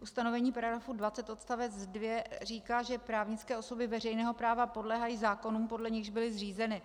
Ustanovení § 20 odst. 2 říká, že právnické osoby veřejného práva podléhají zákonům, podle nichž byly zřízeny.